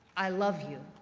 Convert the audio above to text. i love you.